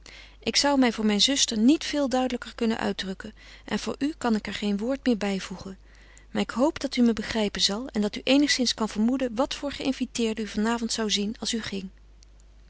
ik zou mij voor mijn zuster niet veel duidelijker kunnen uitdrukken en voor u kan ik er geen woord meer bijvoegen maar ik hoop dat u begrijpen zal en dat u eenigszins kan vermoeden wat voor geïnviteerden u van avond zou zien als u ging